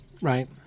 right